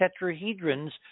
tetrahedrons